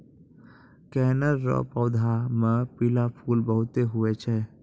कनेर रो पौधा मे पीला फूल बहुते हुवै छै